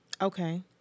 Okay